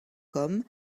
comme